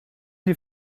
die